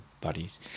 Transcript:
buddies